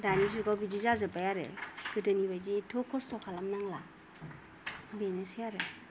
दानि जुगाव बिदि जाजोब्बाय आरो गोदोनि बादि एथ' कस्थ' खालामनांला बेनोसै